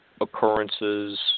occurrences